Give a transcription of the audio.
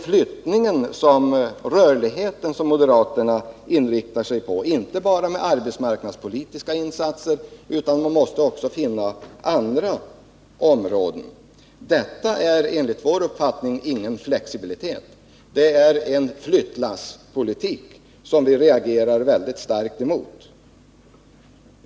Det är rörligheten som moderaterna ensidigt inriktar sig på, inte bara med arbetsmarknadspolitiska insatser utan också med andra metoder. Detta är enligt vår uppfattning ingen flexibilitet utan en flyttlasspolitik, som vi reagerar väldigt starkt emot.